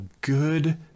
good